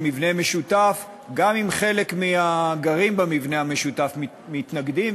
מבנה משותף גם אם חלק מהגרים במבנה המשותף מתנגדים,